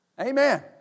Amen